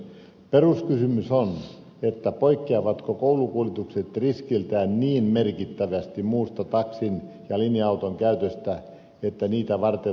peruskysymys on poik keavatko koulukuljetukset riskiltään niin merkittävästi muusta taksin ja linja auton käytöstä että niitä varten tarvitaan alkolukko